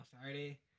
Saturday